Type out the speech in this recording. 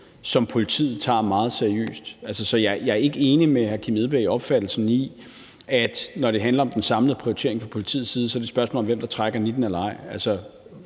som politiet tager meget seriøst. Så jeg er ikke enig med hr. Kim Edberg Andersen i opfattelsen af, at når det handler om den samlede prioritering fra politiets side, så er det et spørgsmål om, hvem der trækker nitten eller ej.